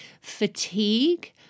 fatigue